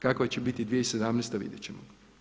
Kakva će biti 2017. vidjeti ćemo.